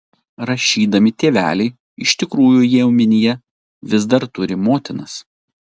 rašydami tėveliai iš tikrųjų jie omenyje vis dar turi motinas